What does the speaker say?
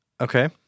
Okay